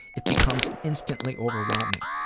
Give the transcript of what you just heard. it becomes instantly overwhelming.